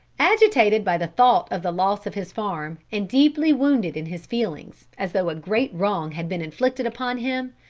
agitated by the thought of the loss of his farm and deeply wounded in his feelings, as though a great wrong had been inflicted upon him,